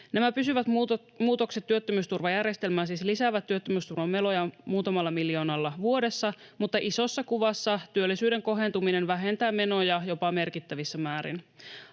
Nämä pysyvät muutokset työttömyysturvajärjestelmään siis lisäävät työttömyysturvan menoja muutamalla miljoonalla vuodessa, mutta isossa kuvassa työllisyyden kohentuminen vähentää menoja jopa merkittävissä määrin.